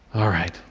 all right,